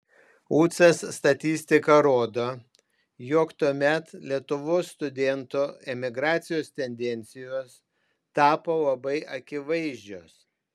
ucas statistika rodo jog tuomet lietuvos studentų emigracijos tendencijos tapo labai akivaizdžios